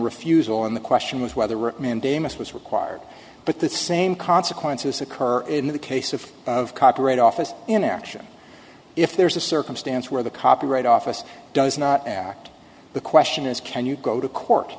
refusal and the question was whether or mandamus was required but the same consequences occur in the case of of copyright office in action if there is a circumstance where the copyright office does not act the question is can you go to court